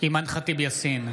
אימאן ח'טיב יאסין,